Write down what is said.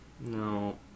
No